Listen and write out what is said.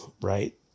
right